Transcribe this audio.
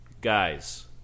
Guys